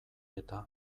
eta